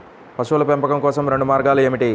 పశువుల పెంపకం కోసం రెండు మార్గాలు ఏమిటీ?